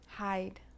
hide